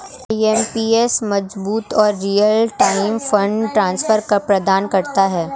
IMPS मजबूत और real time fund transfer प्रदान करता है